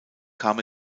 kam